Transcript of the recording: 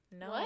No